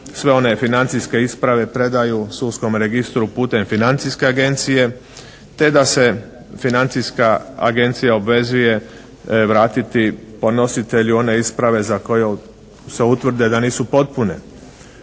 sve one financijske isprave predaju sudskom registru putem financijske agencije te da se financijska agencija obvezuje vratiti podnositelju one isprave za koje se utvrde da nisu potrebne.